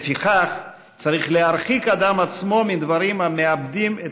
לפיכך צריך להרחיק אדם עצמו מדברים המאבדין את